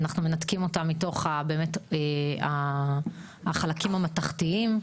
אנחנו מנתקים אותה מתוך החלקים המתכתיים.